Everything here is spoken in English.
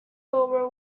over